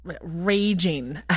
raging